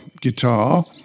guitar